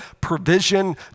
provision